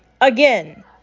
Again